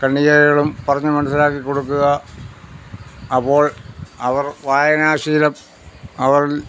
ഖണ്ഡികകളും പറഞ്ഞ് മനസ്സിലാക്കിക്കൊടുക്കുക അപ്പോൾ അവർ വായനാശീലം അവരിൽ